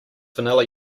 vanilla